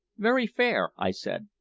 very fair, i said.